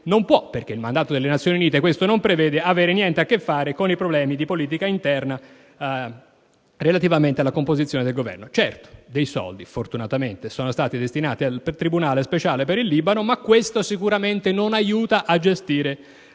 non può (dato che il mandato delle Nazioni Unite non lo prevede) avere niente a che fare con i problemi di politica interna, relativamente alla composizione del Governo. Certo, fortunatamente sono stati destinati degli stanziamenti al tribunale speciale per il Libano, ma questo sicuramente non aiuta a gestire